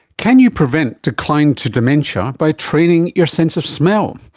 can you prevent decline to dementia by training your sense of smell?